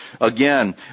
Again